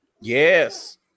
Yes